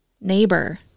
neighbor